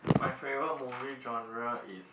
my favorite movie genre is